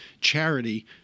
charity